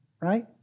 right